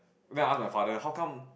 I'm going to ask my father how come